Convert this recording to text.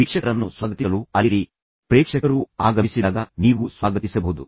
ವೀಕ್ಷಕರನ್ನು ಸ್ವಾಗತಿಸಲು ಅಲ್ಲಿರಿ ಆದ್ದರಿಂದ ಪ್ರೇಕ್ಷಕರು ಆಗಮಿಸಿದಾಗ ನೀವು ಅವರನ್ನು ಸ್ವಾಗತಿಸಬಹುದು